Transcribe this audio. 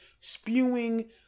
spewing